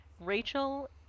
Rachel